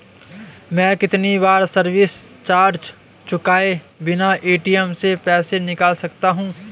मैं कितनी बार सर्विस चार्ज चुकाए बिना ए.टी.एम से पैसे निकाल सकता हूं?